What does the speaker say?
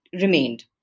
remained